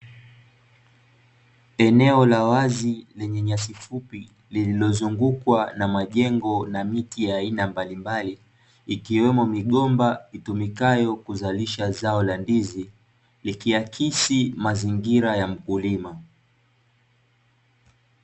Eneo la wazi lenye nyasi fupi lililozungukwa na majengo na miti ya aina mbalimbali, ikiwemo migomba itumikayo kuzalisha zao la ndizi likiakisi mazingira ya mkulima.